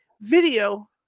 video